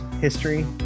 History